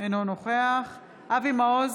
אינו נוכח אבי מעוז,